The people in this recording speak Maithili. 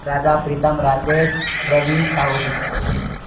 राजा प्रीतम राजेश रवी साहुल